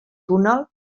túnel